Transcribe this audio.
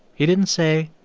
he didn't say,